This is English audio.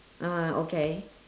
ah okay